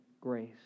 grace